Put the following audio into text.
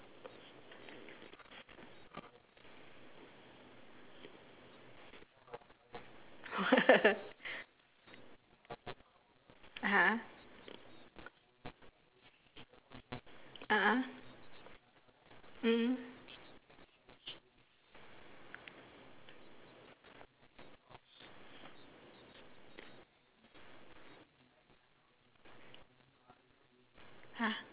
what (uh huh) a'ah mm mm